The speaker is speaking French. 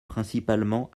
principalement